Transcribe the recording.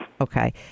Okay